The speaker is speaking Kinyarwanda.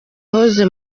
wahoze